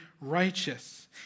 righteous